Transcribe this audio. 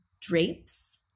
drapes